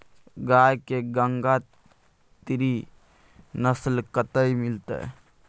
गाय के गंगातीरी नस्ल कतय मिलतै?